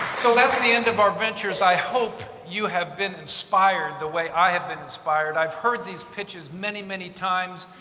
so that's the end of our venture. i hope you have been inspired the way i have been inspired. i've heard these pitches many, many times,